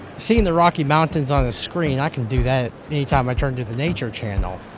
seeing the rocky mountains on a screen, i can do that any time i turn to the nature channel.